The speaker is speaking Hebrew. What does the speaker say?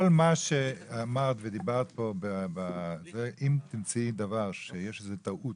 כל מה שאמרת פה, אם תמצאי דבר שיש טעות